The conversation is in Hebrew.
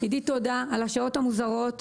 עידית תודה על השעות המוזרות - 1,